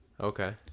Okay